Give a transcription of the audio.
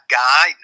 guy